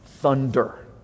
thunder